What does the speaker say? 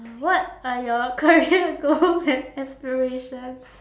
mm what are your career goals and aspirations